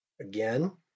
Again